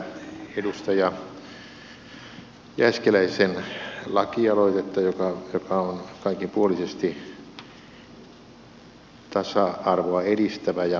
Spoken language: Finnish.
kannatan tätä edustaja jääskeläisen lakialoitetta joka on kaikinpuolisesti tasa arvoa edistävä ja muutenkin hyvä